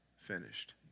finished